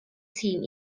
tîm